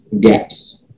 gaps